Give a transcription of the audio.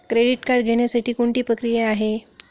Credit card घेण्यासाठी कोणती प्रक्रिया आहे?